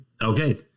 Okay